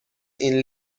این